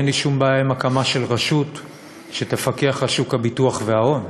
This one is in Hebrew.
אין לי שום בעיה עם הקמה של רשות שתפקח על שוק הביטוח וההון,